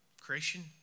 Creation